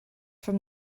from